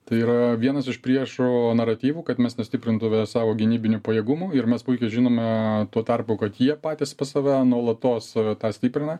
tai yra vienas iš priešo naratyvų kad mes nestiprintume savo gynybinių pajėgumų ir mes puikiai žinome tuo tarpu kad jie patys pas save nuolatos save tą stiprina